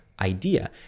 idea